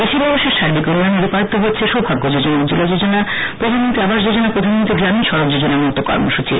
দেশের মানুষের সার্বিক উন্নয়নে রূপায়িত হচ্ছে সৌভাগ্য যোজনা উজ্বলা যোজনা উজালা যোজনা প্রধানমন্ত্রী আবাস যোজনা প্রধানমন্ত্রী গ্রামীন সড়ক যোজনার মত কর্মসূচি